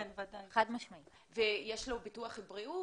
יש לו ביטוח בריאות?